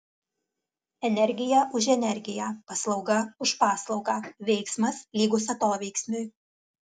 energija už energiją paslauga už paslaugą veiksmas lygus atoveiksmiui